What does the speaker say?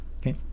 Okay